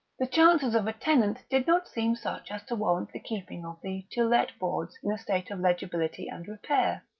the chances of a tenant did not seem such as to warrant the keeping of the to let boards in a state of legibility and repair,